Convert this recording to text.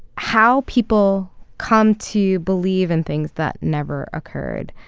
how people come to believe in things that never occurred.